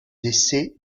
décès